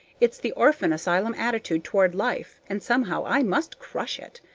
it's the orphan asylum attitude toward life, and somehow i must crush it